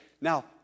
Now